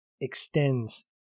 extends